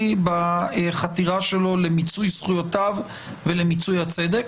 בחתירה שלו למיצוי זכויותיו ולמיצוי הצדק,